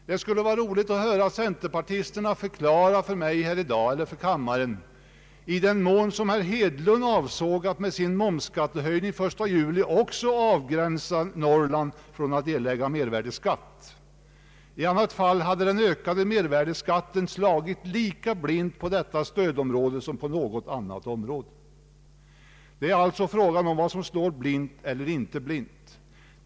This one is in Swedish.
Det skulle vara roligt att höra centerpartisterna förklara för kammaren i dag, huruvida herr Hedlund avsåg att undanta Norrland också i sitt förslag om momshöjning den 1 juli. I annat fall hade den ökade mervärdeskatten slagit lika blint på stödområdet som på något annat område. Det är alltså fråga om vad som slår blint eller inte.